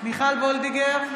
מיכל וולדיגר,